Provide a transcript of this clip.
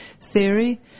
theory